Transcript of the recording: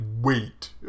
wait